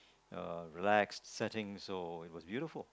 relaxed setting so it was beautiful